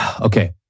Okay